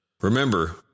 Remember